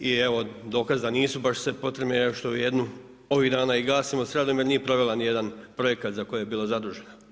I evo dokaz da nisu baš sve potrebne je što jednu ovih dana i gasimo sa radom jer nije provela ni jedan projekat za koji je bila zadužena.